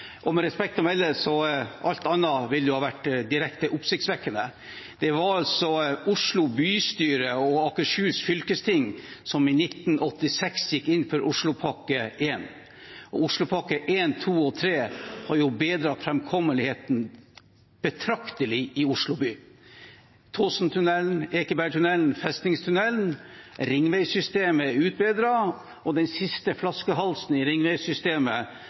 Og med respekt å melde: Alt annet ville vært direkte oppsiktsvekkende. Det var altså Oslo bystyre og Akershus fylkesting som i 1986 gikk inn for Oslopakke 1. Og Oslopakke 1, 2 og 3 har bedret framkommeligheten betraktelig i Oslo by – Tåsentunnelen, Ekebergtunnelen, Festningstunnelen, ringveisystemet er utbedret, og den siste flaskehalsen i